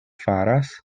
faras